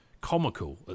comical